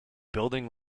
building